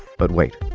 but wait.